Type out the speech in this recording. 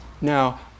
Now